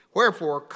Wherefore